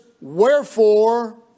wherefore